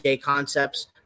Concepts